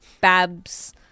Babs